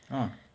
ah